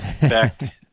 back